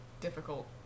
difficult